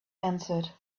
answered